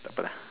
takpe lah